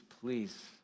please